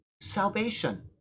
salvation